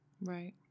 Right